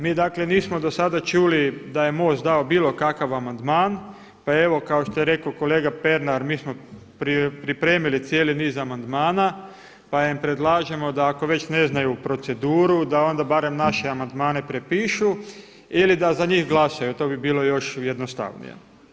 Mi dakle nismo do sada čuli da je MOST dao bilo kakav amandman pa evo kao što je rekao kolega Pernar mi smo pripremili cijeli niz amandmana pa im predlažemo da ako već ne znaju proceduru da onda barem naše amandmane prepišu ili da za njih glasuju, to bi bilo još jednostavnije.